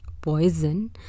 poison